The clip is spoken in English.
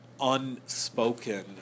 unspoken